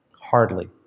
Hardly